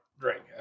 drink